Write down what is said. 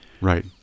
right